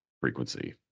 frequency